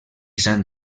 sant